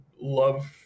love